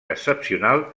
excepcional